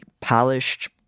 polished